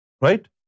right